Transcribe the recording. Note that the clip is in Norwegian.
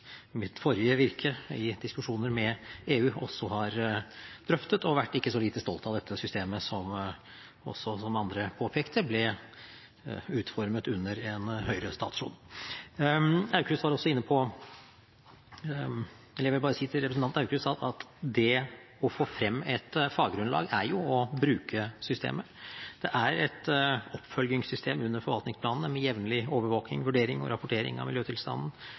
mitt forrige virke i diskusjoner med EU også har drøftet og vært ikke så lite stolt av dette systemet, som også, som andre påpekte, ble utformet under en Høyre-statsråd. Jeg vil bare si til representanten Aukrust at det å få frem et faggrunnlag er jo å bruke systemet. Det er et oppfølgingssystem under forvaltningsplanene med jevnlig overvåking, vurdering og rapportering av miljøtilstanden